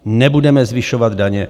Nebudeme zvyšovat daně.